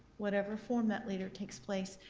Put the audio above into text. whatever form that leader takes place,